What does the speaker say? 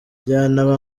byanaba